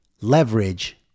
leverage